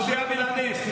זכותי הבלעדית.